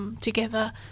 together